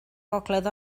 gogledd